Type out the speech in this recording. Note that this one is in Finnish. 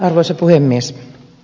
arvoisa puhemies